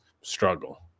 struggle